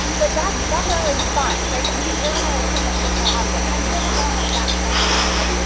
but that's that's our response, right, we're we're going to appoint a special envoy. and i'm sure they go on fact finding mission, right,